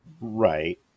right